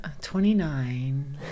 29